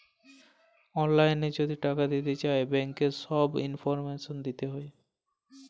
অললাইল যদি টাকা দিতে চায় ব্যাংকের ছব ইলফরমেশল দিতে হ্যয়